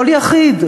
כל יחיד,